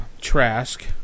Trask